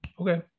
okay